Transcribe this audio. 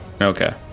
Okay